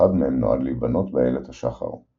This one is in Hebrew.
כשאחד מהם נועד להיבנות באיילת השחר.